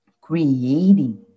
creating